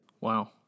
Wow